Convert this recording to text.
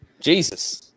Jesus